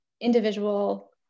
individual